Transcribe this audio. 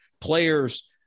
players